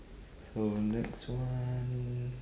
so next one